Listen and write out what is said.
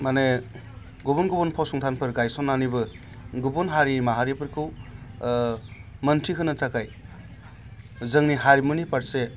माने गुबुन गुबुन फसंथानफोर गायसननानैबो गुबुन हारि माहारिफोरखौ मोनथिहोनो थाखाय जोंनि हारिमुनि फारसे